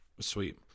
Sweet